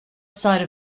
side